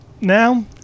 Now